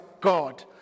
God